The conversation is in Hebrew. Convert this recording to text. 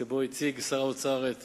שבו הציג שר האוצר את